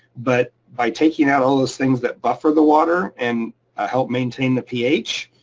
but by taking out all those things that buffer the water and help maintain the ph,